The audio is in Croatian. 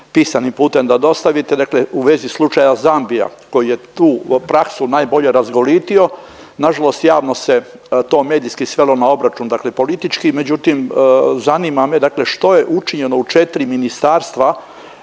pisanim putem da dostaviti dakle u vezi slučaja Zambija koji je tu praksu najbolje razgolitio. Nažalost, javno se to medijski svelo na obračun politički, međutim zanima me što je učinjeno u četri ministarstva